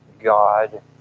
God